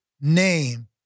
name